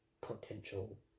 potential